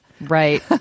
Right